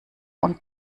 und